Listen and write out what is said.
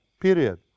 period